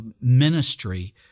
ministry